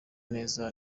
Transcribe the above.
neza